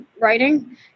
writing